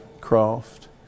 craft